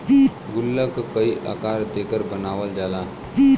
गुल्लक क कई आकार देकर बनावल जाला